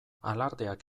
alardeak